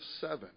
seven